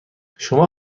شما